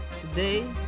Today